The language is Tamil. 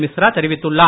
மிஸ்ரா தெரிவித்துள்ளார்